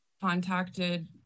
contacted